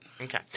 Okay